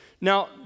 Now